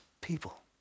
People